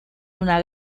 una